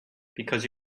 because